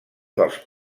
dels